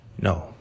No